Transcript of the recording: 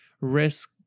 risk